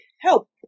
help